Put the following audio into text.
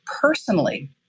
personally